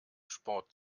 sport